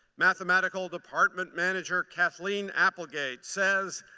mathematical department manager kathleen applegate says,